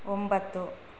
ಒಂಬತ್ತು